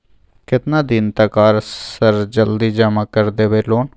केतना दिन तक आर सर जल्दी जमा कर देबै लोन?